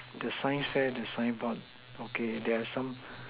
the sign fair the sign board okay there are some